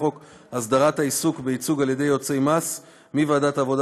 חוק הסדרת העיסוק בייצוג על-ידי יועצי מס מוועדת העבודה,